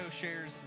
shares